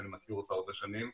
שאני מכיר אותה הרבה שנים,